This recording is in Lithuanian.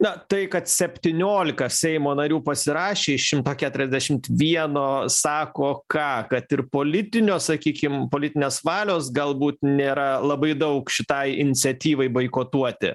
na tai kad septyniolika seimo narių pasirašė iš šimto keturiasdešimt vieno sako ką kad ir politinio sakykim politinės valios galbūt nėra labai daug šitai iniciatyvai boikotuoti